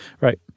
right